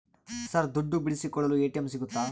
Sir ದುಡ್ಡು ಬಿಡಿಸಿಕೊಳ್ಳಲು ATM ಸಿಗುತ್ತಾ?